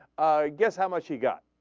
ah. guess how much he got